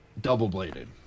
double-bladed